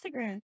Instagram